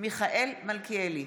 מיכאל מלכיאלי,